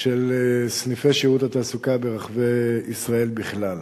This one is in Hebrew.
של סניפי שירות התעסוקה ברחבי ישראל בכלל.